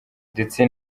ndetse